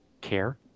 care